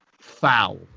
Foul